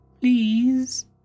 Please